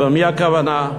ובמי הכוונה?